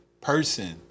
person